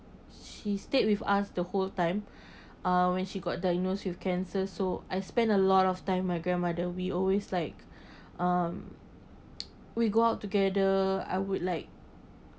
she stayed with us the whole time uh when she got diagnosed with cancer so I spend a lot of time with my grandmother we always like um we go out together I would like